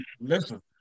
listen